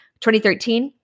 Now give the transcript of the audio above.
2013